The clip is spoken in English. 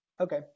Okay